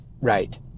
right